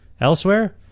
elsewhere